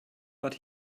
but